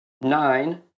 Nine